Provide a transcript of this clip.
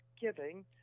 giving